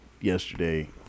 yesterday